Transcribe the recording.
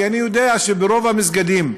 כי אני יודע שברוב המסגדים,